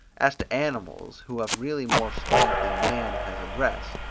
as to animals who have really more strength than man has address,